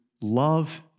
love